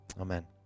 amen